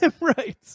right